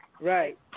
right